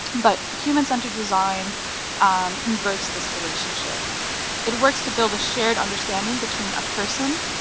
but human-centered design inverts this relationship it works to build a shared understanding between a person,